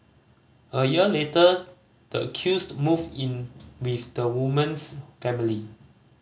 a year later the accused moved in with the woman's family